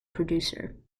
producer